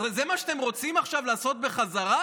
זה מה שאתם רוצים עכשיו לעשות בחזרה?